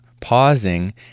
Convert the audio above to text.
pausing